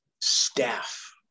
staff